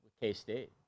K-State